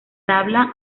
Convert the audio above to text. tabla